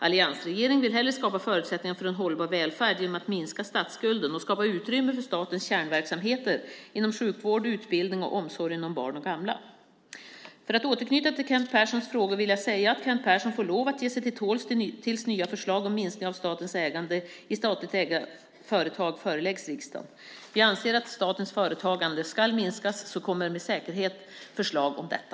Alliansregeringen vill hellre skapa förutsättningar för en hållbar välfärd genom att minska statsskulden och skapa utrymme för statens kärnverksamheter inom sjukvård och utbildning och inom omsorgen om barn och gamla. För att återknyta till Kent Perssons frågor vill jag säga att Kent Persson får lov att ge sig till tåls tills nya förslag om minskningar av statens ägande i statligt ägda företag föreläggs riksdagen. Vi anser att statens företagsägande ska minskas, så det kommer med säkerhet förslag om detta.